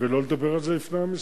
ולא לדבר על זה לפני עם ישראל.